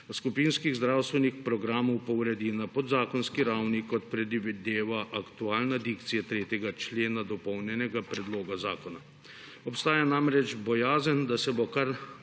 skupinskih zdravstvenih programov pa uredi na podzakonski ravni, kot predvideva aktualna dikcija 3. člena dopolnjenega predloga zakona. Obstaja namreč bojazen, da se bo kar